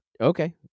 Okay